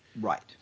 Right